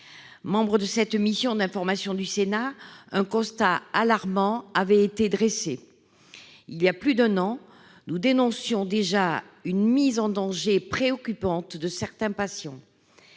Membre de cette mission d'information, je peux témoigner qu'un constat alarmant avait été dressé. Il y a plus d'un an, nous dénoncions déjà une mise en danger préoccupante de certains patients.